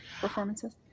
performances